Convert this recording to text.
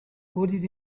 coded